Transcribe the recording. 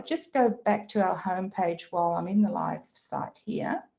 just go back to our home page while i'm in the live site here